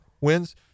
wins